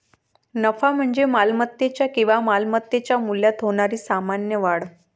नफा म्हणजे मालमत्तेच्या किंवा मालमत्तेच्या मूल्यात होणारी सामान्य वाढ